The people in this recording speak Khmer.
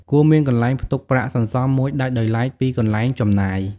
គួរមានកន្លែងផ្ទុកប្រាក់សន្សំមួយដាច់ដោយឡែកពីកន្លែងចំណាយ។